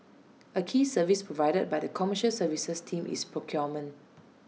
A key service provided by the commercial services team is procurement